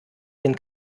den